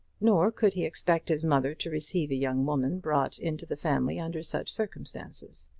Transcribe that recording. nor could he expect his mother to receive a young woman brought into the family under such circumstances.